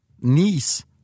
niece